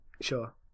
Sure